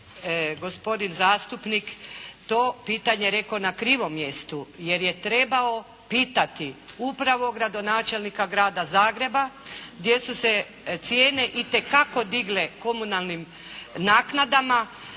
gospodin zastupnik to pitanje rekao na krivom mjestu jer je trebao pitati upravo gradonačelnika grada Zagreba gdje su se cijene itekako digle komunalnim naknadama